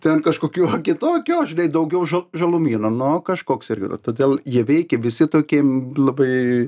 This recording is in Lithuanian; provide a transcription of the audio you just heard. ten kažkokių kitokio žinai daugiau ža žalumyno nu kažkoks irgi vat todėl jie veikia visi tokiem labai